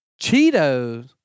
Cheetos